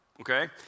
okay